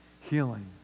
healing